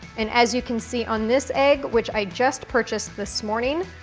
and as you can see on this egg which i just purchased this morning,